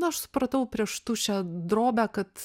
na aš supratau prieš tuščią drobę kad